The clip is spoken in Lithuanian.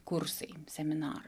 kursai seminarai